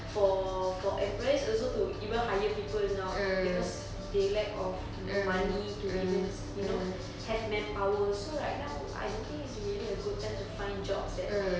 for for employers also to even hire people now because they lack of you know money to even you know have manpower so right now I don't think it's a very good time to find jobs that